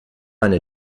eine